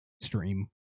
stream